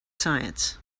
science